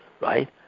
right